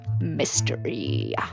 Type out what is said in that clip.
mystery